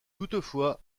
toutefois